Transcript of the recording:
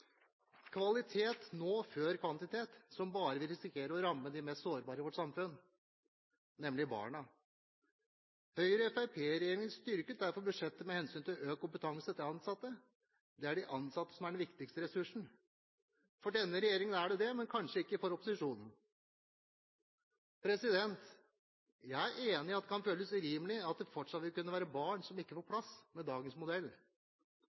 kvalitet nå før kvantitet som bare vil risikere å ramme de mest sårbare i vårt samfunn, nemlig barna. Høyre–Fremskrittsparti-regjeringen styrket derfor budsjettet med hensyn til økt kompetanse til ansatte, det er de ansatte som er den viktigste ressursen. For denne regjeringen er det det, men kanskje ikke for opposisjonen. Jeg er enig i at det kan føles urimelig at det fortsatt vil kunne være barn som ikke får plass med dagens modell.